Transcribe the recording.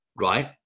right